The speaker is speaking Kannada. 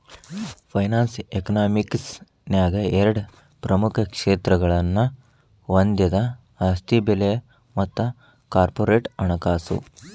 ಫೈನಾನ್ಸ್ ಯಕನಾಮಿಕ್ಸ ನ್ಯಾಗ ಎರಡ ಪ್ರಮುಖ ಕ್ಷೇತ್ರಗಳನ್ನ ಹೊಂದೆದ ಆಸ್ತಿ ಬೆಲೆ ಮತ್ತ ಕಾರ್ಪೊರೇಟ್ ಹಣಕಾಸು